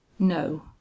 No